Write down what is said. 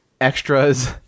extras